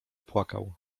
płakał